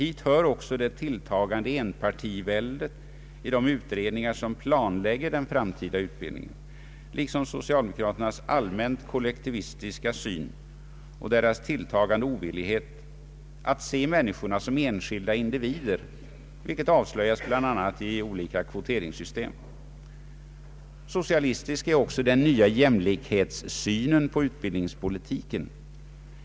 Dit hör också det tilltagande enpartiväldet i de utredningar som planlägger den framtida utbildningen liksom socialdemokraternas allmänt kollektivistiska syn och deras tilltagande ovillighet att se människorna som enskilda individer. Detta avslöjas bl.a. i olika kvoteringssystem. Socialistisk är också den nya jämlikhetssynen på utbildningspolitiken.